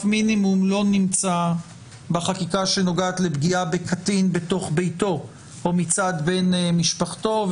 מינימום לא נמצא בחקיקה שנוגעת לפגיעה בקטין בתוך ביתו או מצד בן משפחתו.